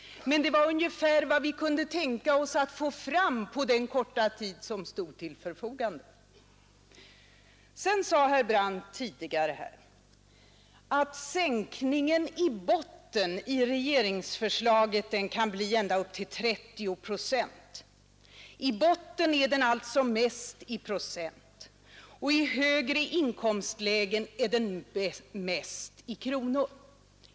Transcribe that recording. Men det var ungefär vad vi kunde tänka oss att få fram på den korta tid som stod till förfogande. Tidigare sade herr Brandt här att sänkningen i botten i regeringsförslaget kan bli ända upp till 30 procent. I botten är det alltså mest i procent, och i högre inkomstlägen är det mest i kronor.